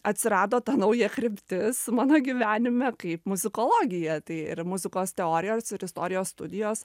atsirado ta nauja kryptis mano gyvenime kaip muzikologija tai ir muzikos teorijos ir istorijos studijos